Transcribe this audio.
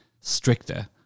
stricter